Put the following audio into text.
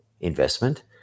investment